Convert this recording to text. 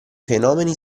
fenomeni